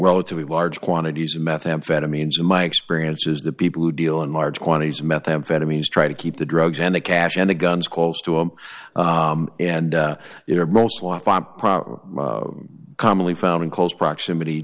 relatively large quantities of methamphetamines my experience is that people who deal in large quantities of methamphetamines try to keep the drugs and the cash and the guns close to him and you know most often commonly found in close proximity